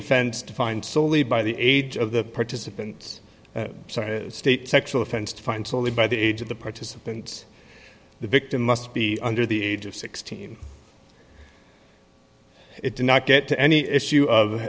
offense defined solely by the age of the participants state sexual offense defined slowly by the age of the participants the victim must be under the age of sixteen it did not get to any issue of